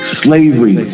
slavery